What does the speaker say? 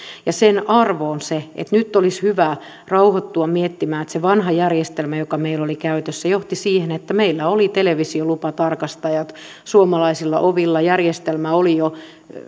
sen arvo on se että nyt olisi hyvä rauhoittua miettimään että se vanha järjestelmä joka meillä oli käytössä johti siihen että meillä oli televisiolupatarkastajat suomalaisilla ovilla järjestelmä oli jo